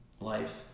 life